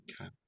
Okay